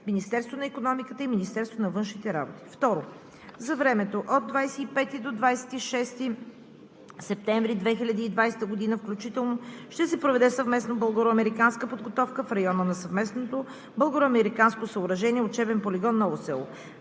Министерството на икономиката и Министерството на външните работи. 2. За времето от 25 до 26 септември 2020 г. включително ще се проведе съвместно българо-американска подготовка в района на съвместното българо-американско съоръжение Учебен полигон – Ново село.